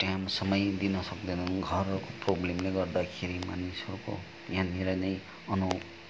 time समय दिन सक्दैन घरहरू प्रब्लमले गर्दाखेरि मानिसहरूको यहाँनिर नै भनौँ